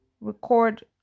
record